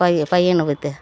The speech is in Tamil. பை பையனை பெற்று